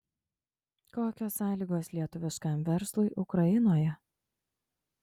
kokios sąlygos lietuviškam verslui ukrainoje